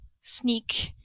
sneak